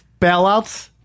bailouts